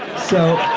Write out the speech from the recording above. so.